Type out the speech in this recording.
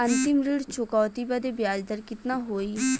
अंतिम ऋण चुकौती बदे ब्याज दर कितना होई?